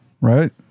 Right